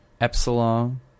epsilon